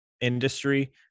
industry